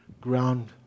ground